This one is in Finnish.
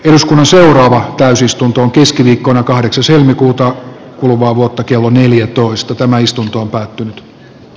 eduskunnan seuraavaan täysistuntoon keskiviikkona kahdeksas helmikuuta kuluvaa vuotta kello neljätoista tämä istunto lausunto